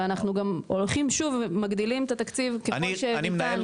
ואנחנו גם הולכים ומגדילים את התקציב ככל שניתן.